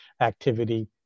activity